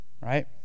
right